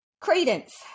credence